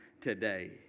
today